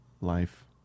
life